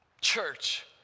church